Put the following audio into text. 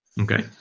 Okay